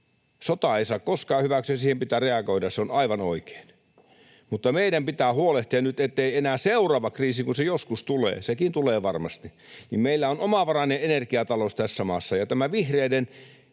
Sotaa ei saa koskaan hyväksyä ja siihen pitää reagoida, se on aivan oikein. Mutta meidän pitää huolehtia nyt, että kun seuraava kriisi joskus tulee — sekin tulee varmasti — niin meillä on omavarainen energiatalous tässä maassa. Entä tämä vihreiden